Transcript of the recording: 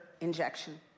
injection